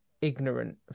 ignorant